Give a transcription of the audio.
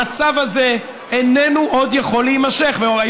המצב הזה איננו יכול להימשך עוד.